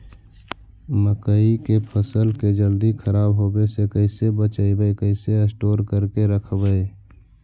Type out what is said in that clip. मकइ के फ़सल के जल्दी खराब होबे से कैसे बचइबै कैसे स्टोर करके रखबै?